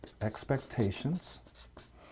expectations